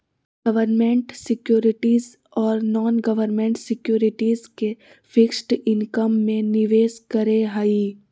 government securities ओरो non government securities के fixed income में निवेश करे हइ